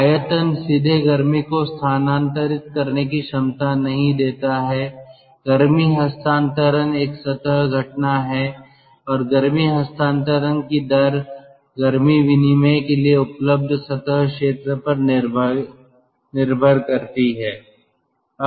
आयतन सीधे गर्मी को स्थानांतरित करने की क्षमता नहीं देता है गर्मी हस्तांतरण एक सतह घटना है और गर्मी हस्तांतरण की दर गर्मी विनिमय के लिए उपलब्ध सतह क्षेत्र पर निर्भर करती है